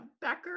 Becker